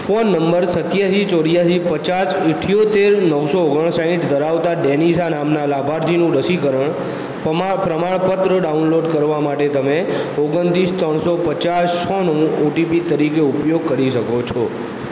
phone number સિત્યાસી ચોર્યાસી પચાસ ઇઠ્યોતેર નવસો ઓગણસાઠ ધરાવતાં ડેનિશા નામનાં લાભાર્થીનું રસીકરણ પમાણ પ્રમાણપત્ર ડાઉનલોડ કરવા માટે તમે ઓગણત્રીસ ત્રણસો પચાસ છનો ઓ ટી પી તરીકે ઉપયોગ કરી શકો છો